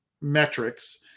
metrics